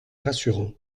rassurant